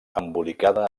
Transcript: embolicada